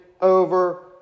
over